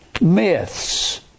myths